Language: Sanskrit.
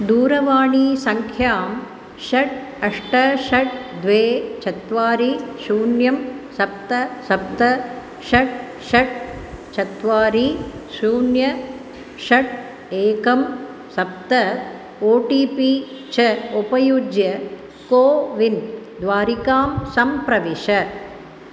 दूरवाणीसङ्ख्यां षड् अष्ट षड् द्वे चत्वारि शून्यं सप्त सप्त षट् षट् चत्वारि शून्यं षट् एकं सप्त ओ टि पि च उपयुज्य कोविन् द्वारिकां सम्प्रविश